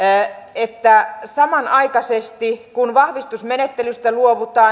että samanaikaisesti kun vahvistusmenettelystä luovutaan ei